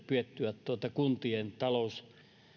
pidettyä kuntien talous